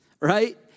right